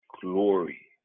glory